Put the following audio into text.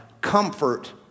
comfort